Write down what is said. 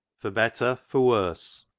for better, for worse